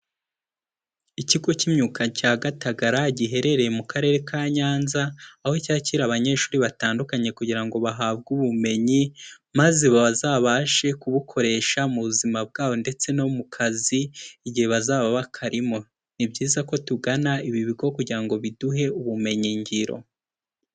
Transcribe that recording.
Ikigo cy'imyuga cya Gatagara giherereye mu karere ka Nyanza, aho cyakira abanyeshuri batandukanye kugira ngo bahabwe ubumenyi maze bazabashe kubukoresha mu buzima bwabo ndetse no mu kazi igihe bazaba ba bakarimo, ni byiza ko tugana ibi bigo kugira ngo biduhe ubumenyi ngiro.